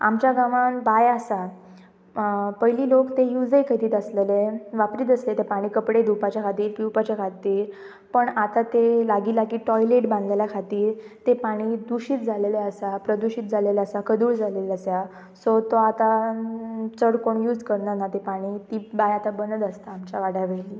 आमच्या गांवान बांय आसा पयलीं लोक ते युजय करीत आसलेले वापरीत आसले ते पाणी कपडे धुवपाच्या खातीर पिवपाच्याे खातीर पण आतां ते लागीं लागीं टॉयलेट बांदलेल्या खातीर ते पाणी दुशीत जालेले आसा प्रदुशीत जाले आसा प्रदूशीत जालेले आसा सो तो आतां चड कोण यूज करनाना ती पाणी ती बांय आतां बंदच आसता आमच्या वाड्यावयली